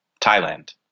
Thailand